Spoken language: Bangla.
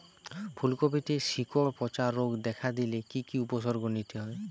ফুলকপিতে শিকড় পচা রোগ দেখা দিলে কি কি উপসর্গ নিতে হয়?